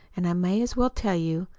and i may as well tell you,